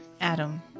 Adam